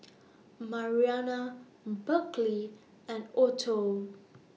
Marianna Berkley and Otho